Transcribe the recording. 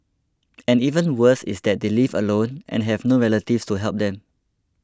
and even worse is that they live alone and have no relatives to help them